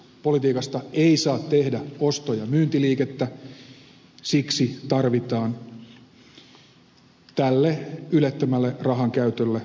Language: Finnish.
politiikasta ei saa tehdä osto ja myyntiliikettä siksi tarvitaan tälle ylettömälle rahankäytölle rajoituksia